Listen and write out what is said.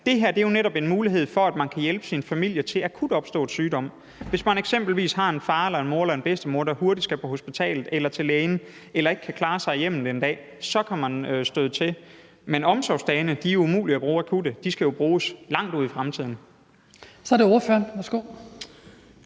Det her er jo netop en mulighed for, at man kan hjælpe sin familie ved akut opstået sygdom. Hvis man eksempelvis har en far, mor eller bedstemor, der hurtigt skal på hospitalet eller til lægen eller ikke kan klare sig i hjemmet en dag, kan man støde til. Men omsorgsdagene er jo umulige at bruge akut. De skal jo bruges langt ud i fremtiden.